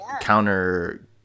counter-